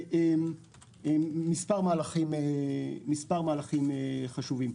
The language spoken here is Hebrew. מספר מהלכים חשובים.